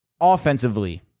offensively